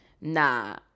Nah